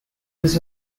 was